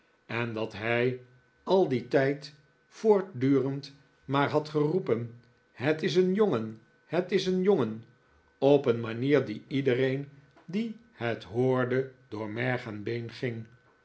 en dat hij al dien tijd voortdurend maar had geroepen het is een jongen het is een jongen op een manier die iedereen die het hoorde door merg en been ging